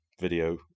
video